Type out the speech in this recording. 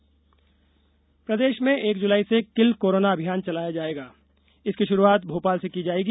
किल corona प्रदेश में एक जुलाई से किल कोरोना अभियान चलाया जायेगा इसकी शुरुआत भोपाल से की जायेगी